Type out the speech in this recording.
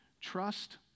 trust